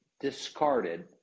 discarded